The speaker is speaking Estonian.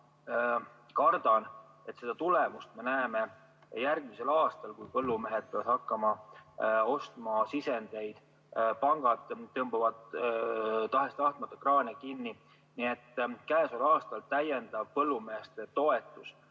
Ma kardan, et seda tulemust me näeme järgmisel aastal, kui põllumehed peavad hakkama ostma sisendeid ja pangad tõmbavad tahes-tahtmata kraane kinni. Nii et käesoleval aastal täiendav põllumeeste toetus,